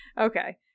okay